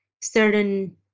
certain